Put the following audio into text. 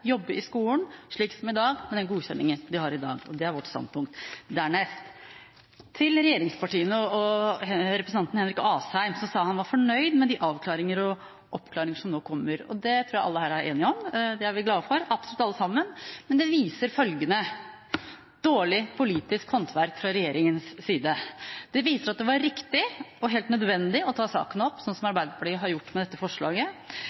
jobbe i skolen, slik som i dag, med den godkjenningen de har i dag. Det er vårt standpunkt. Dernest til regjeringspartiene og representanten Henrik Asheim, som sa han var fornøyd med de avklaringer og oppklaringer som nå kommer: Det tror jeg vi alle her er enige om – det er vi glade for, absolutt alle sammen. Men det viser følgende: dårlig politisk håndverk fra regjeringens side. Det viser at det var riktig og helt nødvendig å ta saken opp, slik som Arbeiderpartiet har gjort med dette forslaget.